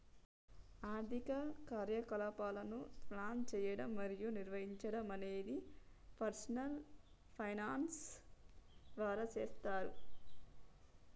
ఆర్థిక కార్యకలాపాలను ప్లాన్ చేయడం మరియు నిర్వహించడం అనేది పర్సనల్ ఫైనాన్స్ ద్వారా చేస్తరు